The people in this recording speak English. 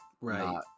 right